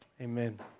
Amen